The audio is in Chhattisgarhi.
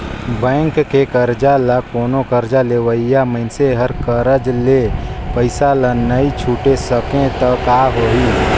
बेंक के करजा ल कोनो करजा लेहइया मइनसे हर करज ले पइसा ल नइ छुटे सकें त का होही